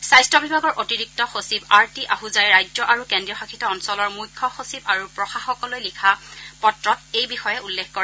স্বাস্থ্য বিভাগৰ অতিৰিক্ত সচিব আৰতী আছজাই ৰাজ্য আৰু কেন্দ্ৰীয় শাসিত অঞ্চলৰ মুখ্য সচিব আৰু প্ৰশাসকলৈ লিখা পত্ৰত এই বিষয়ে উল্লেখ কৰে